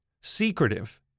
secretive